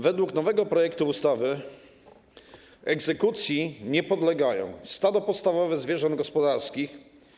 Według nowego projektu ustawy egzekucji nie podlega stado podstawowe zwierząt gospodarskich.